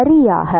மாணவர் சரியாக